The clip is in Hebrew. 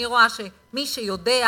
אני רואה שמי שיודע,